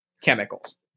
chemicals